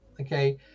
Okay